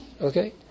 okay